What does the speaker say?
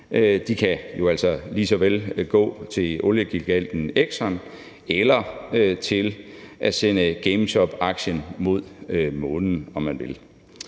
De kan jo altså lige såvel gå til oliegiganten Exxon eller til at sende Gamestopaktien mod månen,